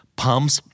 pumps